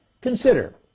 Consider